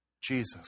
Jesus